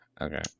Okay